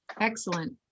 Excellent